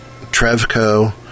Trevco